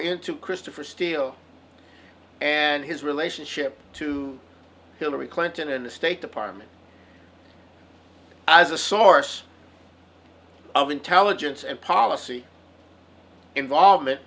into christopher steele and his relationship to hillary clinton and the state department as a source of intelligence and policy involvement